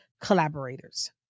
collaborators